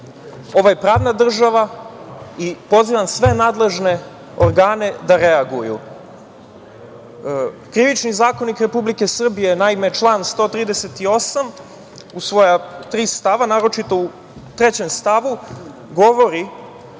Ovo je pravna država i pozivam sve nadležne organe da reaguju. Krivični zakonik Republike Srbije, naime, član 138. u svoja tri stava, naročito u 3. stavu, govori